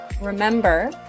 Remember